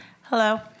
Hello